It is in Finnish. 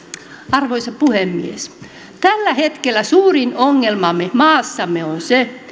arvoisa puhemies tällä hetkellä suurin ongelmamme maassamme on se